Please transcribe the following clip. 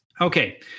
Okay